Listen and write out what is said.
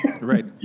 Right